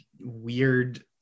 Weird